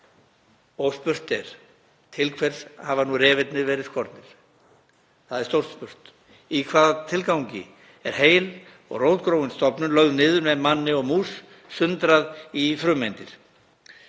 og spurt er: Til hvers hafa nú refirnir verið skornir? Það er stórt spurt. Í hvaða tilgangi er heil og rótgróin stofnun lögð niður með manni og mús, sundrað í frumeindir?